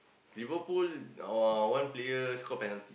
Liverpool uh one player score penalty